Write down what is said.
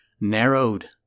narrowed